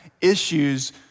issues